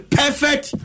perfect